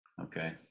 Okay